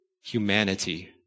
humanity